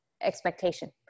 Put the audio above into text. expectation